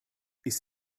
ist